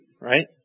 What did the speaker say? right